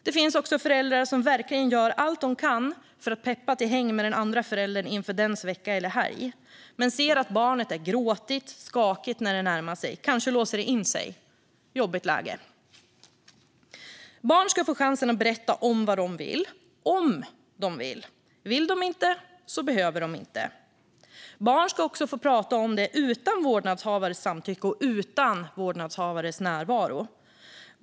Det finns också föräldrar som verkligen gör allt de kan för att peppa till häng med den andra föräldern inför dennes vecka eller helg men som ser att barnet är gråtigt och skakigt när det närmar sig. Kanske låser barnet in sig - jobbigt läge. Barn ska få chansen att berätta om vad de vill, om de vill. Vill de inte behöver de inte. Barn ska också få prata om det utan vårdnadshavares samtycke och utan vårdnadshavares närvaro.